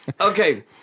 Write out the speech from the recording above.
Okay